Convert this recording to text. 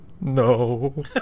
no